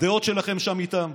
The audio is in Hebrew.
הדעות שלכם שם איתם,